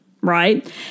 right